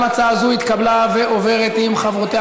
גם ההצעה הזאת התקבלה, ועוברת עם חברותיה.